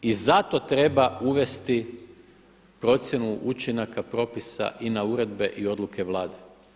I zato treba uvesti procjenu učinaka propisa i na uredbe i odluke Vlade.